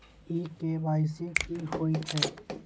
इ के.वाई.सी की होय छै?